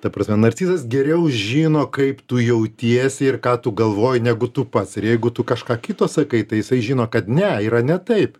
ta prasme narcizas geriau žino kaip tu jautiesi ir ką tu galvoji negu tu pats ir jeigu tu kažką kito sakai tai jisai žino kad ne yra ne taip